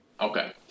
Okay